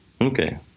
okay